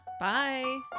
Bye